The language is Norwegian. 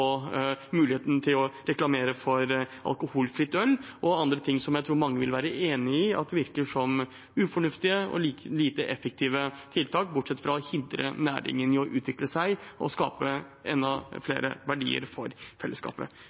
muligheten til å reklamere for alkoholfritt øl og andre ting som jeg tror mange vil være enig i at virker som ufornuftige og lite effektive tiltak, bortsett fra når det gjelder å hindre næringen i å utvikle seg og skape enda flere verdier for fellesskapet.